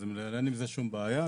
אז אין עם זה שום בעיה.